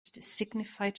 signified